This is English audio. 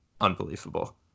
unbelievable